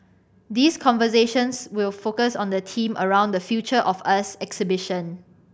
these conversations will focus on the theme around the Future of us exhibition